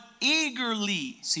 eagerly